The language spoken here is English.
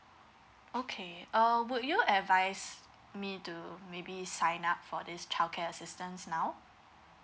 okay uh would you advise me to maybe sign up for this childcare assistance now